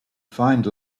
find